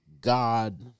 God